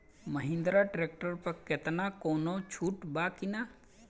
Mahindra tractor पर केतना कौनो छूट बा कि ना?